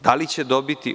Da li će dobiti?